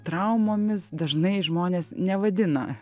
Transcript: traumomis dažnai žmonės nevadina